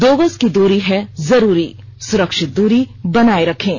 दो गज की दूरी है जरूरी सुरक्षित दूरी बनाए रखें